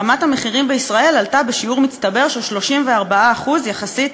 רמת המחירים בישראל עלתה בשיעור מצטבר של 34% יחסית